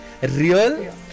Real